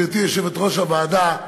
גברתי יושבת-ראש הוועדה,